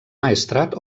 maestrat